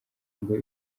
ngo